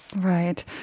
Right